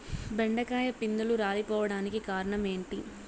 బెండకాయ పిందెలు రాలిపోవడానికి కారణం ఏంటి?